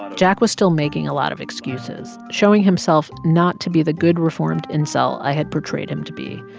jack was still making a lot of excuses, showing himself not to be the good reformed incel i had portrayed him to be.